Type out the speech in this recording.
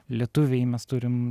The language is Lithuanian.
lietuviai mes turim